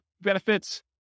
benefits